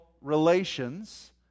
relations